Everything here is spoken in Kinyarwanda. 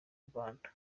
rwanda